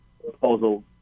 proposal